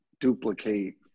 duplicate